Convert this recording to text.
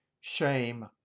shame